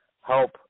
help –